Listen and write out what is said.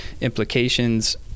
implications